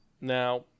Now